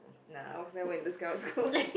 nah I also never went to scouts school